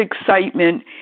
excitement